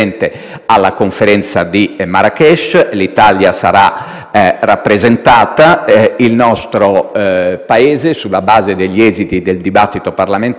rappresentata e il nostro Paese, sulla base degli esiti del dibattito parlamentare e dell'orientamento che a quel punto il Governo prenderà,